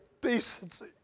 decency